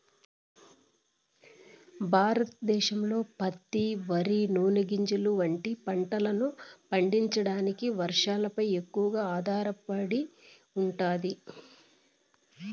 భారతదేశంలో పత్తి, వరి, నూనె గింజలు వంటి పంటలను పండించడానికి వర్షాలపై ఎక్కువగా ఆధారపడి ఉంటాది